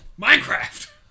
Minecraft